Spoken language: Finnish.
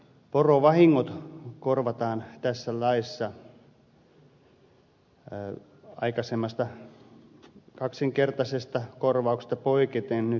porovahingot korvataan tässä laissa aikaisemmasta kaksinkertaisesta korvauksesta poiketen nyt puolitoistakertaisina